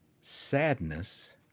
sadness